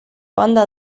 banda